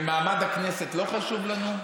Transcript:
ומעמד הכנסת לא חשוב לנו?